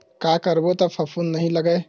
का करबो त फफूंद नहीं लगय?